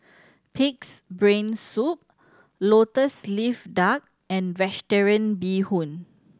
Pig's Brain Soup Lotus Leaf Duck and Vegetarian Bee Hoon